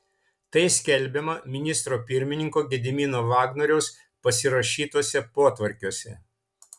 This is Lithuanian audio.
tai skelbiama ministro pirmininko gedimino vagnoriaus pasirašytuose potvarkiuose